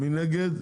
מי נגד?